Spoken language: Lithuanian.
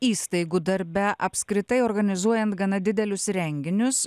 įstaigų darbe apskritai organizuojant gana didelius renginius